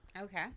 Okay